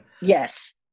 Yes